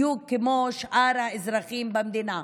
בדיוק כמו לשאר האזרחים במדינה.